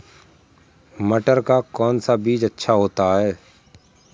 मटर का कौन सा बीज अच्छा होता हैं?